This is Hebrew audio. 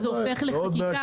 שזה הופך לחקיקה.